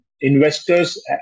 investors